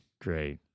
Great